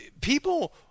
people